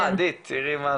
אה, עדי, בבקשה.